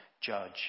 judge